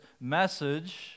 message